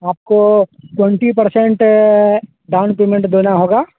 आपको twenty percent down payment देना होगा